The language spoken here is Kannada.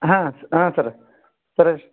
ಹಾಂ ಸ ಹಾಂ ಸರ ಸರ